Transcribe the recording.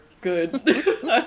good